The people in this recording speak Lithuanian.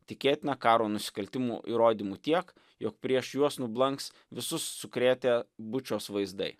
tikėtina karo nusikaltimų įrodymų tiek jog prieš juos nublanks visus sukrėtę bučos vaizdai